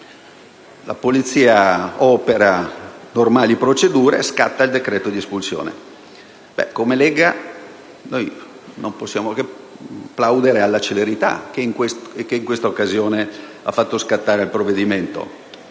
La Polizia opera le normali procedure e scatta il decreto di espulsione. La Lega non può che plaudere alla celerità con cui in quest'occasione si è fatto scattare il provvedimento: